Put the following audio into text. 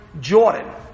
Jordan